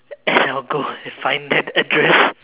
and I will go and find that address